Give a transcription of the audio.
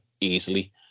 easily